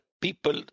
people